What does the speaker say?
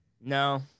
No